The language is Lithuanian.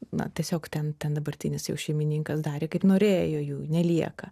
na tiesiog ten ten dabartinis jau šeimininkas darė kaip norėjo jų nelieka